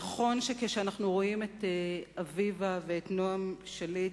נכון שכשאנחנו רואים את אביבה ונועם שליט,